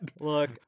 Look